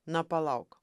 na palauk